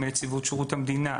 גם מנציבות שירות המדינה,